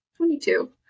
22